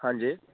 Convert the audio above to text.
हांजी